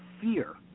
fear